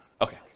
Okay